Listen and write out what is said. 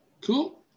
Cool